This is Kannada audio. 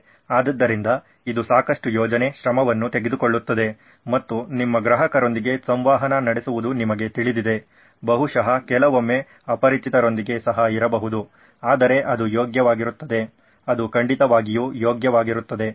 ಆದ್ದರಿಂದ ಇದು ಸಾಕಷ್ಟು ಯೋಜನೆ ಶ್ರಮವನ್ನು ತೆಗೆದುಕೊಳ್ಳುತ್ತದೆ ಮತ್ತು ನಿಮ್ಮ ಗ್ರಾಹಕರೊಂದಿಗೆ ಸಂವಹನ ನಡೆಸುವುದು ನಿಮಗೆ ತಿಳಿದಿದೆ ಬಹುಶಃ ಕೆಲವೊಮ್ಮೆ ಅಪರಿಚಿತರೊಂದಿಗೆ ಸಹ ಇರಬಹುದು ಆದರೆ ಅದು ಯೋಗ್ಯವಾಗಿರುತ್ತದೆ ಅದು ಖಂಡಿತವಾಗಿಯೂ ಯೋಗ್ಯವಾಗಿರುತ್ತದೆ